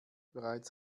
bereits